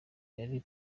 yari